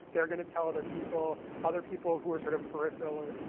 they're going to tell other people. other people who are sort of peripheraler,